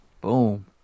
Boom